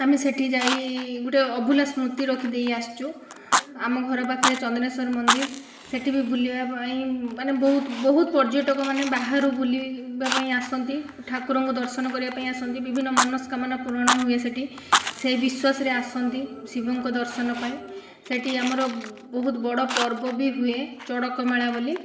ଆମେ ସେଠି ଯାଇ ଗୋଟେ ଅଭୁଲା ସ୍ମୃତି ରଖିଦେଇ ଆସିଛୁ ଆମ ଘର ପାଖରେ ଗୋଟେ ଚନ୍ଦନେଶ୍ଵର ମନ୍ଦିର ସେଠି ବି ବୁଲିବା ପାଇଁ ମାନେ ବହୁତ ବହୁତ ପର୍ଯ୍ୟଟକମାନେ ବାହାରୁ ବୁଲିବା ପାଇଁ ଆସନ୍ତି ଠାକୁରଙ୍କୁ ଦର୍ଶନ କରିବା ପାଇଁ ଆସନ୍ତି ବିଭିନ୍ନ ମନସ୍କାମନା ପୁରଣ ହୁଏ ସେଠି ସେହି ବିଶ୍ଵାସରେ ଆସନ୍ତି ଶିବଙ୍କ ଦର୍ଶନ ପାଇଁ ସେଠି ଆମର ବହୁତ ବଡ଼ ପର୍ବ ବି ହୁଏ ଚଡ଼କ ମେଳା ବୋଲି